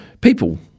People